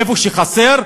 איפה שחסר,